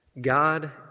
God